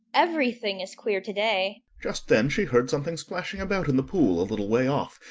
everything is queer to-day just then she heard something splashing about in the pool a little way off,